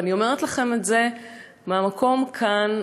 ואני אומרת לכם את זה מהמקום כאן.